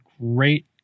great